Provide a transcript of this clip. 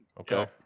Okay